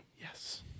Yes